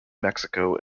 mexico